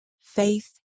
Faith